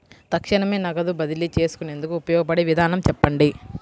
తక్షణమే నగదు బదిలీ చేసుకునేందుకు ఉపయోగపడే విధానము చెప్పండి?